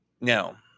now